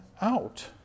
out